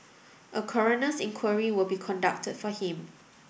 a coroner's inquiry will be conducted for him